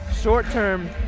short-term